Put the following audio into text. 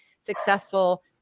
successful